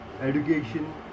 education